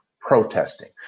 protesting